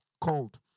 called